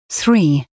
three